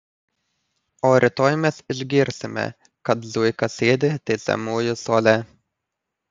o rytoj mes išgirsime kad zuika sėdi teisiamųjų suole